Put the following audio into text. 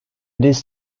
this